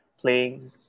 playing